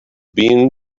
been